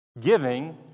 giving